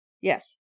Yes